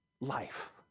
life